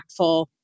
impactful